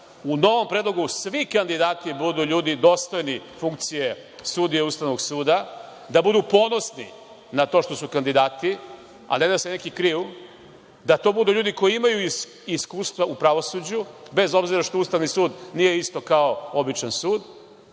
u novom predlogu svi kandidati budu ljudi, dostojni funkcije sudije Ustavnog suda, da budu ponosni na to što su kandidati, ali ne da se neki kriju, da to budu ljudi koji imaju iskustva u pravosuđu, bez obzira što Ustavni suda nije isto kao običan sud